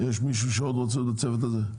יש מישהו שעוד רוצה להיות בצוות הזה?